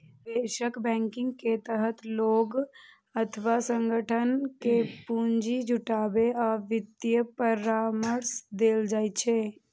निवेश बैंकिंग के तहत लोग अथवा संगठन कें पूंजी जुटाबै आ वित्तीय परामर्श देल जाइ छै